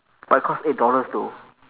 but it costs eight dollars though